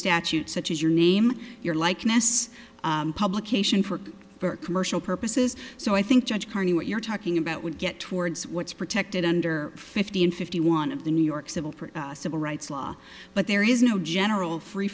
statute such as your name your likeness publication for birth commercial purposes so i think judge carney what you're talking about would get towards what's protected under fifty in fifty one of the new york civil rights law but there is no general free